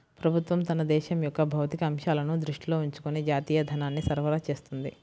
ప్రభుత్వం తన దేశం యొక్క భౌతిక అంశాలను దృష్టిలో ఉంచుకొని జాతీయ ధనాన్ని సరఫరా చేస్తుంది